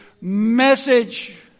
message